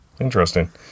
Interesting